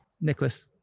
Nicholas